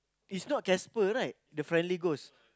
is not Casper right the friendly ghost